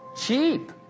cheap